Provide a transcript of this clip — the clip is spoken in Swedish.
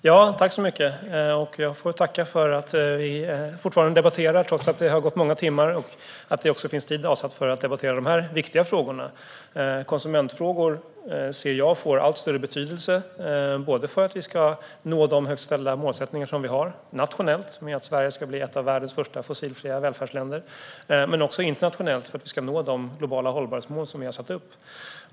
Herr talman! Jag får tacka för att vi fortfarande debatterar trots att det har gått många timmar och också för att det finns tid avsatt för att debattera dessa viktiga frågor. Jag ser att konsumentfrågor får allt större betydelse för att vi ska nå de högt ställda nationella målsättningar som vi har om att Sverige ska bli ett av världens fossilfria välfärdsländer. Det gäller också internationellt för att vi ska nå de globala hållbarhetsmål som satts upp.